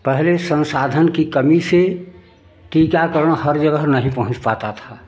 पहले संसाधन की कमी से टीकाकरण हर जगह नहीं पहुंच पाता था